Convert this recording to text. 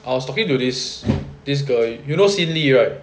I was talking to this this girl you know sin lee right